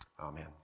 Amen